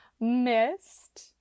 missed